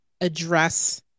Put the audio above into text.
address